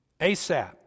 asap